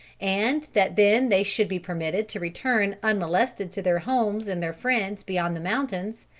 and that then they should be permitted to return unmolested to their homes and their friends beyond the mountains,